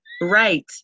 right